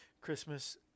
Christmas